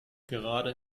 gerade